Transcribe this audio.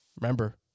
Remember